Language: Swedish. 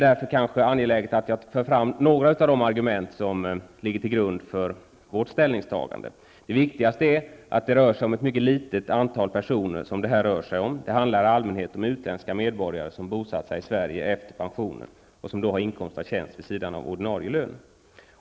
Därför är det angeläget att jag för fram några av de argument som ligger till grund för vårt ställningstagande. Det viktigaste är att det rör sig om ett mycket litet antal personer. Det handlar i allmänhet om utländska medborgare som har bosatt sig i Sverige efter pensionen och som då har inkomst av tjänst vid sidan av ordinarie lön.